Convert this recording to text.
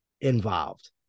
involved